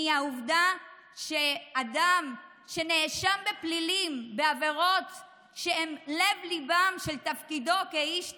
מהעובדה שאדם שנאשם בפלילים בעבירות שהן לב-ליבן של תפקידו כאיש ציבור,